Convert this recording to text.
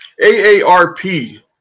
AARP